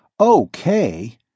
Okay